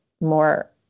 more